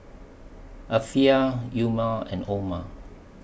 Afiqah Umar and Omar